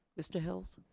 mr. hills.